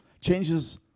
changes